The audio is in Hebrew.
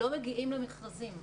לא מגיעים למכרזים.